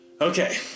Okay